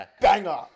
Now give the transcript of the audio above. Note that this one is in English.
banger